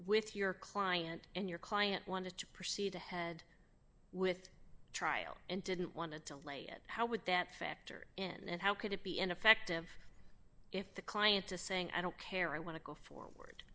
with your client and your client wanted to proceed ahead with trial and didn't want to delay it how would that factor in and how could it be ineffective if the client to saying i don't care i want to go forward